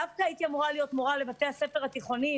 דווקא הייתי אמורה להיות מורה לבתי-הספר התיכוניים,